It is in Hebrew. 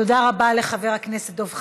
תודה רבה לחבר הכנסת דב חנין.